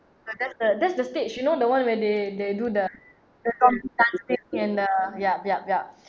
ya that's the that's the stage you know the one where they they do the perform dancing and the yup yup yup